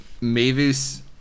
Mavis